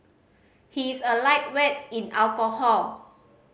he is a lightweight in alcohol